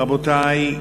רבותי,